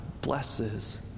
blesses